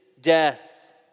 death